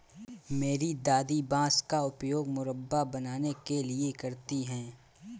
मेरी दादी बांस का उपयोग मुरब्बा बनाने के लिए करती हैं